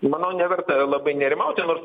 manau neverta labai nerimauti nors